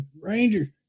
Ranger